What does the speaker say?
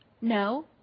No